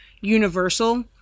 universal